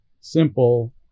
simple